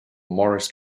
maurice